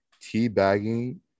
teabagging